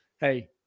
hey